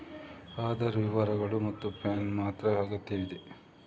ಆಧಾರ್ ವಿವರಗಳು ಮತ್ತು ಪ್ಯಾನ್ ಮಾತ್ರ ಅಗತ್ಯವಿದೆ